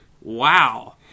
wow